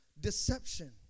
Deception